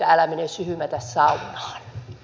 älä mene syhymätä saunaan